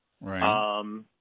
Right